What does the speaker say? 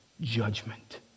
judgment